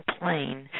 plane